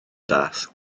dasg